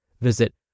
Visit